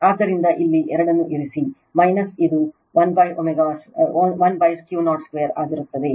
ಆದ್ದರಿಂದ ಇಲ್ಲಿ 2 ಅನ್ನು ಇರಿಸಿ ಅದು 1Q02 ಆಗಿರುತ್ತದೆ